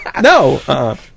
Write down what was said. No